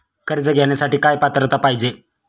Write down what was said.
कर्ज घेण्यासाठी काय पात्रता पाहिजे?